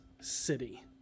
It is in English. city